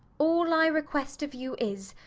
all i request of you is,